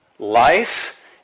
Life